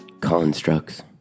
constructs